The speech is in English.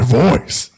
voice